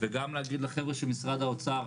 וגם להגיד לחברה של משרד האוצר,